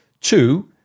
Two